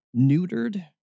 neutered